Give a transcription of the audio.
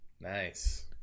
Nice